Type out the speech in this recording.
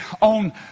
on